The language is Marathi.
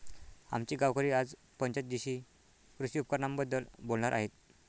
आमचे गावकरी आज पंचायत जीशी कृषी उपकरणांबद्दल बोलणार आहेत